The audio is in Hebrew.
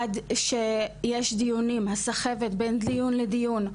עד שיה דיונים, הסחבת בין דיון לדיון,